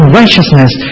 righteousness